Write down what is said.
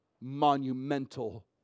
monumental